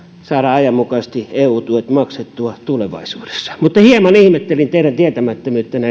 saadaan ajanmukaisesti eu tuet maksettua tulevaisuudessa mutta hieman ihmettelin teidän tietämättömyyttänne